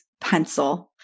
pencil